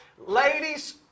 Ladies